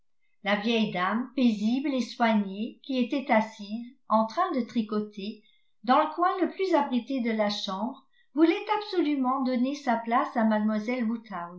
la vieille dame paisible et soignée qui était assise en train de tricoter dans le coin le plus abrité de la chambre voulait absolument donner sa place à